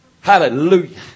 Hallelujah